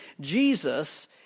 Jesus